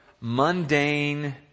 mundane